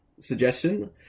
suggestion